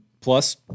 plus